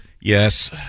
Yes